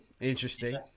Interesting